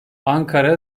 ankara